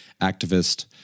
activist